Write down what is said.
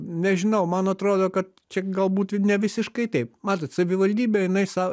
nežinau man atrodo kad čia galbūt ne visiškai taip matot savivaldybė jinai sau